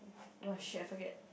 oh shit I forget